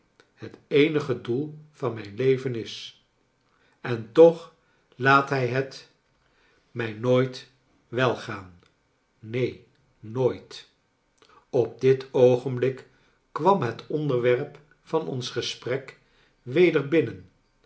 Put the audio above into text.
het eenige doel van mijn leven is en toch laat hij het mij nooit welgaan neen nooit op dit oogenblik kwam het onderwerp van ons gesprek weder binnen